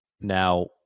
Now